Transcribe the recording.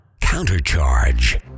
Countercharge